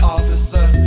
Officer